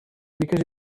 because